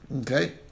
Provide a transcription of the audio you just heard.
Okay